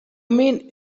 mean